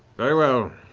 very well.